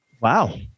Wow